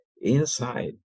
inside